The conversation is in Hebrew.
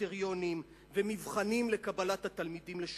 קריטריונים ומבחנים לקבלת התלמידים לשורותיהם.